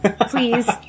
Please